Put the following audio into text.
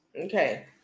Okay